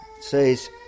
Says